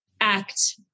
act